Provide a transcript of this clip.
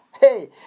Hey